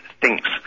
thinks